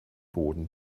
boden